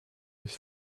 with